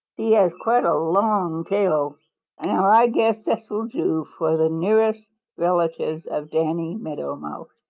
he has quite a long tail. now i guess this will do for the nearest relatives of danny meadow mouse.